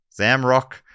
Zamrock